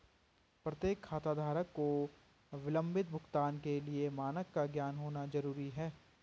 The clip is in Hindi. प्रत्येक खाताधारक को विलंबित भुगतान के लिए मानक का ज्ञान होना जरूरी है